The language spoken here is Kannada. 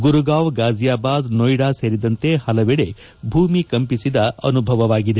ಗುರ್ಗಾಂವ್ ಗಾಜಿಯಾಬಾದ್ ನೋಯ್ಡಾ ಸೇರಿದಂತೆ ಹಲವೆಡೆ ಭೂಮಿ ಕಂಪಿಸಿದ ಅನುಭವವಾಗಿದೆ